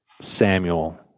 Samuel